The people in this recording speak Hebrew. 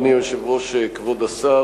כבוד השר,